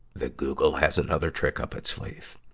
the google has another trick up its sleeve!